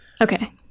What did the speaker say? Okay